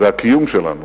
והקיום שלנו